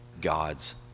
God's